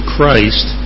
Christ